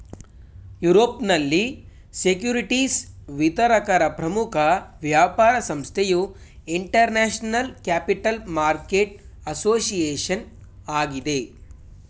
ಯುರೋಪ್ನಲ್ಲಿ ಸೆಕ್ಯೂರಿಟಿಸ್ ವಿತರಕರ ಪ್ರಮುಖ ವ್ಯಾಪಾರ ಸಂಸ್ಥೆಯು ಇಂಟರ್ನ್ಯಾಷನಲ್ ಕ್ಯಾಪಿಟಲ್ ಮಾರ್ಕೆಟ್ ಅಸೋಸಿಯೇಷನ್ ಆಗಿದೆ